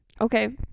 Okay